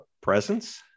presence